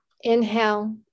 inhale